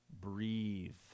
Breathe